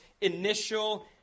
initial